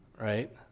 Right